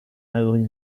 avril